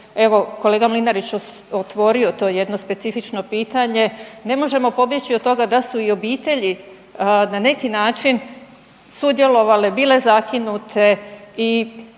evo kolega Mlinarić otvorio to jedno specifično pitanje ne možemo pobjeći od toga da su i obitelji na neki način sudjelovale, bile zakinute.